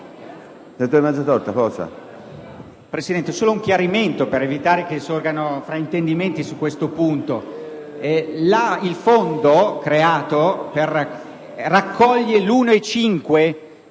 Presidente, vorrei solo chiarire, per evitare che sorgano fraintendimenti su questo punto, che il fondo creato raccoglie l'1,5